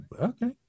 Okay